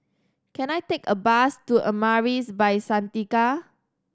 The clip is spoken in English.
can I take a bus to Amaris By Santika